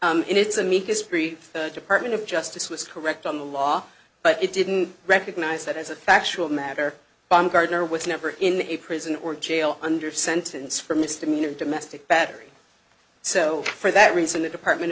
in its amicus brief department of justice was correct on the law but it didn't recognize that as a factual matter baumgardner with never in a prison or jail under sentence for misdemeanor domestic battery so for that reason the department